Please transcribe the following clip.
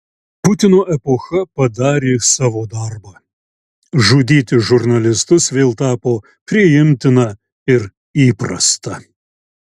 putino epocha padarė savo darbą žudyti žurnalistus vėl tapo priimtina ir įprasta